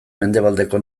mendebaldeko